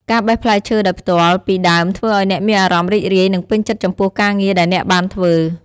ការបេះផ្លែឈើដោយផ្ទាល់ពីដើមធ្វើឱ្យអ្នកមានអារម្មណ៍រីករាយនិងពេញចិត្តចំពោះការងារដែលអ្នកបានធ្វើ។